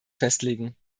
festlegen